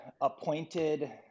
appointed